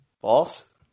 false